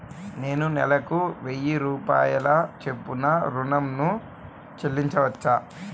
నేను నెలకు వెయ్యి రూపాయల చొప్పున ఋణం ను చెల్లించవచ్చా?